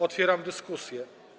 Otwieram dyskusję.